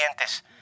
clientes